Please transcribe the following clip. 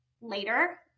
later